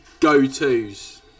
go-tos